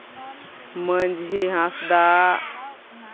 ᱢᱟᱹᱡᱷᱤ ᱦᱟᱸᱥᱫᱟ